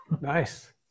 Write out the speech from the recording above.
Nice